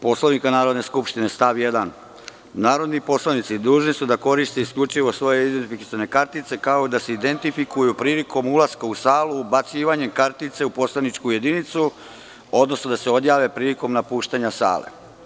Poslovnika Narodne skupštine stav 1. u kome se kaže – narodni poslanici dužni su da koriste isključivo svoje identifikacione kartice kao i da se identifikuju prilikom ulaska u salu ubacivanjem kartice u poslaničku jedinicu, odnosno da se odjave prilikom napuštanje sale.